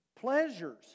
Pleasures